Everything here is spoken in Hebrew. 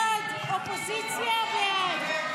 ההסתייגויות לסעיף